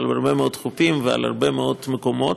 על הרבה מאוד חופים ועל הרבה מאוד מקומות,